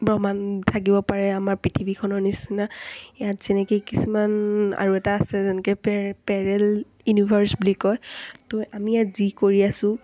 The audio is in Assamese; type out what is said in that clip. ব্ৰক্ষ্মাণ্ড থাকিব পাৰে আমাৰ পৃথিৱীখনৰ নিচিনা ইয়াত যেনেকৈ কিছুমান আৰু এটা আছে যেনেকৈ পে পেৰেল ইউনিভাৰ্চ বুলি কয় ত' আমি ইয়াত যি কৰি আছোঁ